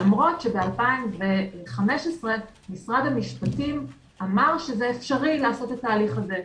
למרות שב-2015 משרד המשפטים אמר שזה אפשרי לעשות את ההליך הזה.